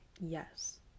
Yes